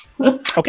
Okay